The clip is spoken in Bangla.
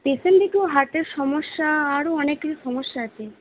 পেশেন্টর একটু হার্টের সমস্যা আরো অনেক কিছু সমস্যা আছে